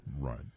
Right